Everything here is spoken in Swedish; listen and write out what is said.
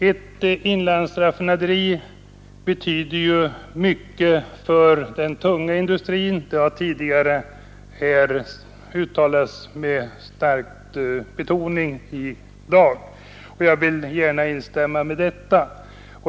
Ett inlandsraffinaderi betyder mycket för den tunga industrin — det har tidigare i dag sagts med stark betoning. Jag vill gärna instämma i det.